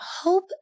hope